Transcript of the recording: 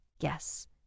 Yes